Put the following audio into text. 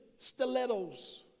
stilettos